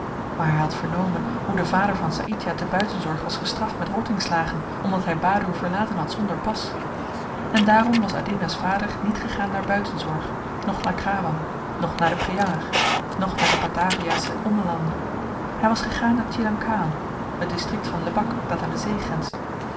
maar hy had vernomen hoe de vader van saïdjah te buitenzorg was gestraft met rottingslagen omdat hy badoer verlaten had zonder pas en daarom was adinda's vader niet gegaan naar buitenzorg noch naar krawang noch naar de preanger noch naar de bataviasche ommelanden hy was gegaan naar tjilang kahan het distrikt van lebak dat aan de zee